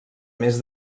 més